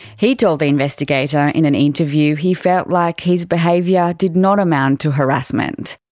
he told the investigator in an interview, he felt like his behaviour did not amount to harassment.